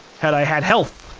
had i had health.